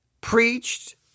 preached